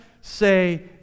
say